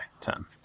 ten